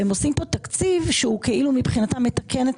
הם עושים פה תקציב שהוא כאילו מבחינתם מתקן את